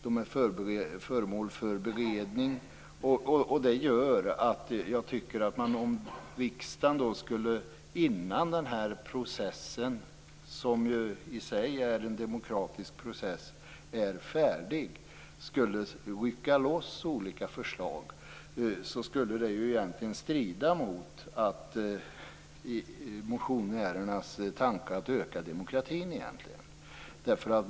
De är föremål för beredning. Det gör att jag tycker att om riksdagen innan processen, som i sig är en demokratisk process, är färdig skulle rycka loss olika förslag skulle det egentligen strida mot motionärernas tanke att öka demokratin.